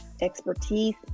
expertise